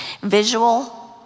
visual